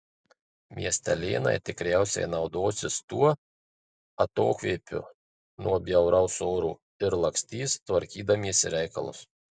miestelėnai tikriausiai naudosis tuo atokvėpiu nuo bjauraus oro ir lakstys tvarkydamiesi reikalus